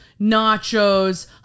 nachos